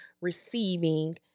receiving